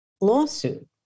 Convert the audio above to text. lawsuit